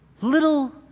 Little